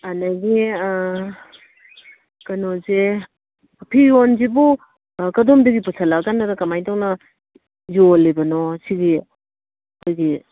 ꯑꯗꯒꯤ ꯀꯩꯅꯣꯁꯦ ꯐꯤꯔꯣꯟꯁꯤꯕꯨ ꯀꯗꯣꯝꯗꯒꯤ ꯄꯨꯁꯜꯂꯛꯑꯀꯥꯟꯗꯒ ꯀꯔꯃꯥꯏ ꯇꯧꯅ ꯌꯣꯜꯂꯤꯕꯅꯣ ꯁꯤꯒꯤ ꯑꯩꯈꯣꯏꯒꯤ